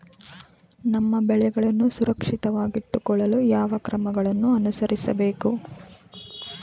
ನಮ್ಮ ಬೆಳೆಗಳನ್ನು ಸುರಕ್ಷಿತವಾಗಿಟ್ಟು ಕೊಳ್ಳಲು ಯಾವ ಕ್ರಮಗಳನ್ನು ಅನುಸರಿಸಬೇಕು?